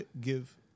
give